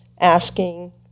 asking